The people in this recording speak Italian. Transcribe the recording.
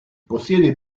possiede